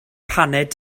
paned